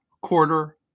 quarter